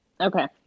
Okay